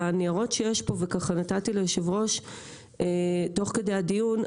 הניירות שיש פה וככה נתתי ליו"ר תוך כדי הדיון,